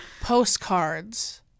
postcards